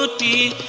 ah da